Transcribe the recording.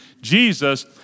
Jesus